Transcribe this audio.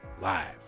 Live